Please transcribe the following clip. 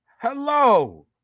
Hello